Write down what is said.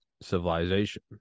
civilization